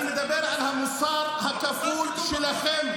אני מדבר על המוסר הכפול שלכם,